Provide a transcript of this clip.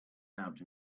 out